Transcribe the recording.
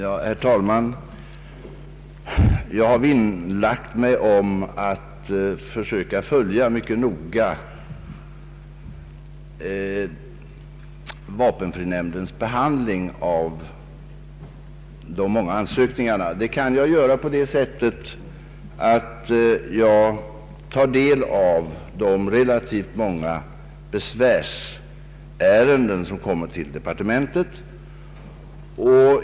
Herr talman! Jag har vinnlagt mig om att försöka noga följa vapenfrinämndens behandling av de många ansökningarna. Det kan jag göra på det sättet att jag tar del av de relativt många besvärsärenden som kommer till departementet.